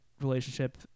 relationship